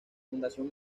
fundación